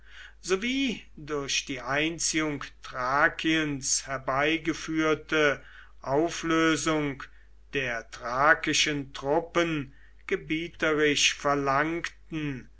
sowie die durch die einziehung thrakiens herbeigeführte auflösung der thrakischen truppen gebieterisch verlangten